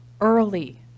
early